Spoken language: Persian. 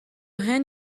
هند